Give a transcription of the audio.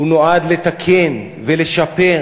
הוא נועד לתקן ולשפר.